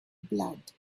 blood